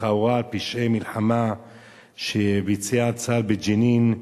לכאורה על פשעי מלחמה שביצע צה"ל בג'נין,